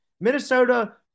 Minnesota